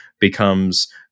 becomes